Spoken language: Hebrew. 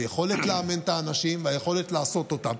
היכולת לאמן את האנשים והיכולת לעשות אותם.